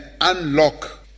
unlock